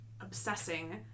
obsessing